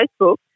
Facebook